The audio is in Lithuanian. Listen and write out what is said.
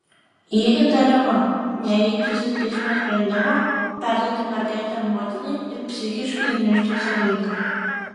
ji įtariama nevykdžiusi teismo sprendimo perduoti mergaitę motinai ir psichiškai gniuždžiusi vaiką